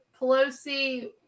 Pelosi